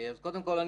קודם כול,